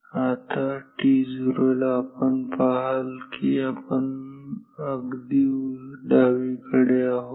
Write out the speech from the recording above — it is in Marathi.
आता t0 ला आपण पहाल की आपण अगदी डावीकडे आहोत